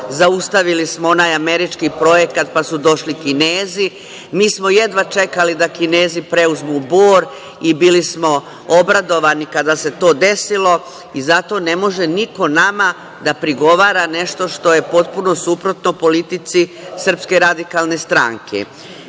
zaustavili smo onaj američki projekat, pa su došli Kinezi. Mi smo jedva čekali da Kinezi preuzmu „Bor“ i bili smo obradovani kada se to desili i zato ne može niko nama da prigovara nešto što je potpuno suprotno politici SRS.Mi smo bili protiv